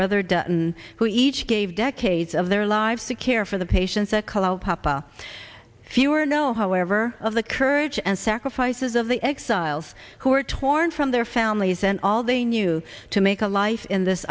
and who each gave decades of their lives to care for the patients at callao papa fewer know however of the courage and sacrifices of the exiles who were torn from their families and all they knew to make a life in this